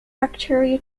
bacteria